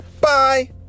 Bye